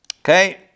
Okay